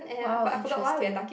!wow! interesting